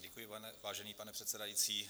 Děkuji, vážený pane předsedající.